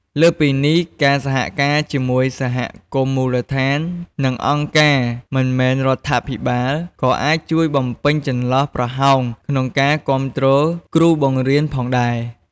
លើសពីនេះ ការសហការជាមួយសហគមន៍មូលដ្ឋាន និងអង្គការមិនមែនរដ្ឋាភិបាល ក៏អាចជួយបំពេញចន្លោះប្រហោងក្នុងការគាំទ្រគ្រូបង្រៀនផងដែរ។